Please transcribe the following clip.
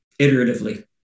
iteratively